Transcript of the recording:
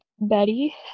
Betty